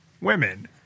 women